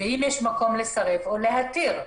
ואם יש מקום לסרב או להתיר.